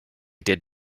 did